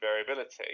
variability